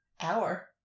Hour